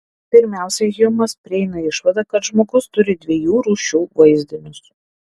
pirmiausia hjumas prieina išvadą kad žmogus turi dviejų rūšių vaizdinius